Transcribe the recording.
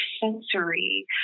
sensory